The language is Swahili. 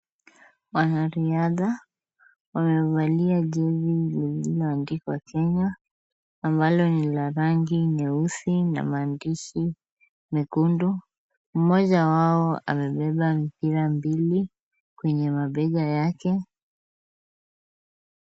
Wanariadha wamevalia jezi liliyoandikwa Kenya, ambalo ni la rangi nyeusi na maandishi mekundu. Mmoja wao amebeba mipira mbili kwenye mabega yake.